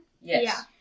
Yes